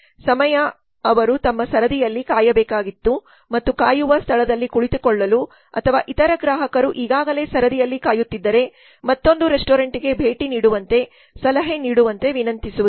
ಸಮಯ ಅವರು ತಮ್ಮ ಸರದಿಗಾಗಿ ಕಾಯಬೇಕಾಗಿತ್ತು ಮತ್ತು ಕಾಯುವ ಸ್ಥಳದಲ್ಲಿ ಕುಳಿತುಕೊಳ್ಳಲು ಅಥವಾ ಇತರ ಗ್ರಾಹಕರು ಈಗಾಗಲೇ ಸರದಿಯಲ್ಲಿ ಕಾಯುತ್ತಿದ್ದರೆ ಮತ್ತೊಂದು ರೆಸ್ಟೋರೆಂಟ್ಗೆ ಭೇಟಿ ನೀಡುವಂತೆ ಸಲಹೆ ನೀಡುವಂತೆ ವಿನಂತಿಸುವುದು